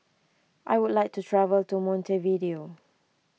I would like to travel to Montevideo